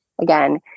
again